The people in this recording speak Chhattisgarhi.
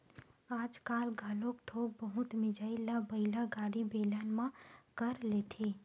आजकाल घलोक थोक बहुत मिजई ल बइला गाड़ी, बेलन म कर लेथे